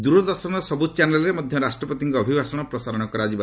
ଦୂରଦର୍ଶନର ସବୁ ଚ୍ୟାନେଲ୍ରେ ମଧ୍ୟ ରାଷ୍ଟ୍ରପତିଙ୍କ ଅଭିଭାଷଣ ପ୍ରସାରଣ କରାଯିବ